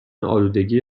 آلودگی